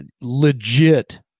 legit